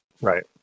Right